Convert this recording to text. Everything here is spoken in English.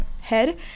head